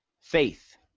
faith